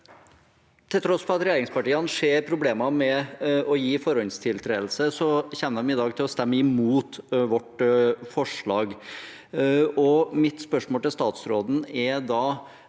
Til tross for at regjeringspartiene ser problemer med å gi forhåndstiltredelse, kommer de i dag til å stemme imot vårt forslag. Mitt spørsmål til statsråden er da: